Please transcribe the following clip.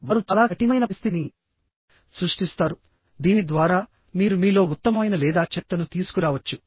వారు చాలా కఠినమైన పరిస్థితిని సృష్టిస్తారుదీని ద్వారా మీరు మీలో ఉత్తమమైన లేదా చెత్తను తీసుకురావచ్చు